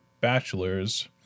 bachelor's